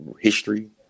history